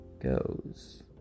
Goes